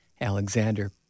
Alexander